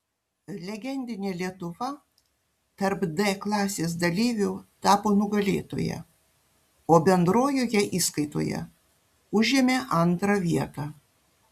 legendinė lietuva tarp d klasės dalyvių tapo nugalėtoja o bendrojoje įskaitoje užėmė antrą vietą